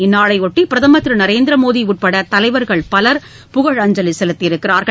இந்நாளையொட்டி பிரதமர் திரு நரேந்திர மோடி உட்பட தலைவர்கள் பலர் புகழஞ்சலி செலுத்தியுள்ளனர்